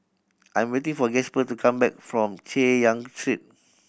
I'm waiting for Gasper to come back from Chay Yan Street